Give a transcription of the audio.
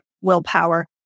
willpower